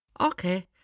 Okay